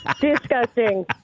Disgusting